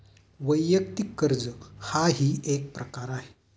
वैयक्तिक कर्ज हाही एक प्रकार आहे